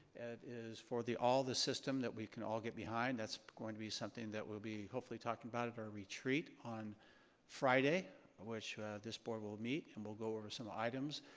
is for the, all the system that we can all get behind. that's going to be something that we'll be, hopefully, talking about at our retreat on friday which this board will meet and we'll go over some items.